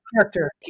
character